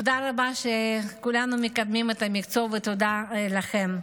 תודה רבה שכולנו מקדמים את המקצוע, ותודה לכם.